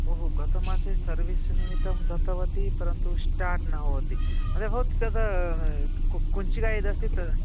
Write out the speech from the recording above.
ओ हो गतमासे सर्विस् निमित्तं दत्तवती परन्तु स्टार्ट् न भवति भवती तत् कुञ्चिका यदस्ति तत्